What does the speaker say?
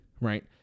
right